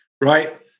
right